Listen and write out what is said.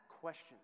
question